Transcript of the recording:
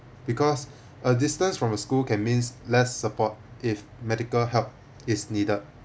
because a distance from the school can means less support if medical help is needed